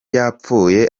yapfuye